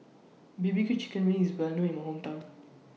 B B Q Chicken Wings IS Well known in My Hometown